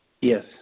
Yes